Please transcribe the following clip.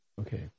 Okay